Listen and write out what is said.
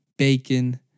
Bacon